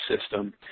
system